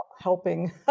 helping